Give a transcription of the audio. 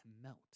melt